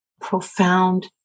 profound